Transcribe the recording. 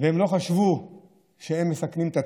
הם לא חשבו שהם מסכנים את עצמם.